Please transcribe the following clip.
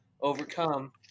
overcome